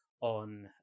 on